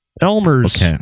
Elmer's